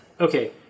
okay